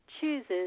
chooses